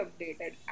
updated